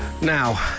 Now